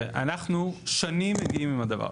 אנחנו שנים דנים עם הדבר,